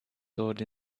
sword